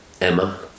Emma